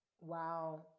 Wow